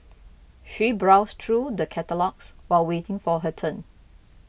she browsed through the catalogues while waiting for her turn